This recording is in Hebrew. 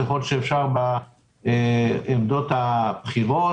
ככל שאפשר בעמדות הבכירות.